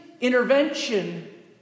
intervention